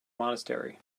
monastery